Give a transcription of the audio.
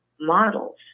models